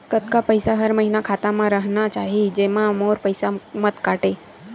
कतका पईसा हर महीना खाता मा रहिना चाही जेमा मोर पईसा मत काटे?